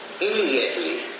immediately